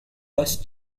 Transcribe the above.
was